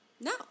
No